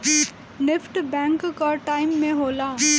NEFT bank कअ time में होला